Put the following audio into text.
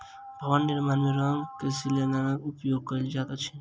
भवन निर्माण में रंग में शिवालनाशक उपयोग कयल जाइत अछि